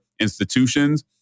institutions